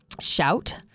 shout